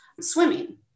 swimming